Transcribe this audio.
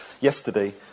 yesterday